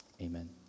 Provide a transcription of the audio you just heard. amen